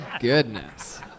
goodness